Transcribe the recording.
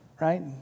Right